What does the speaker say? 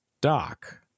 dock